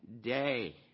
day